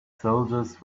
soldiers